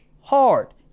hard